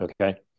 Okay